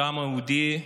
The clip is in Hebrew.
לעם היהודי,